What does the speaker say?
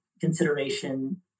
consideration